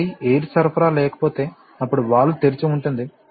కాబట్టి ఎయిర్ సరఫరా లేకపోతే అప్పుడు వాల్వ్ తెరిచి ఉంటుంది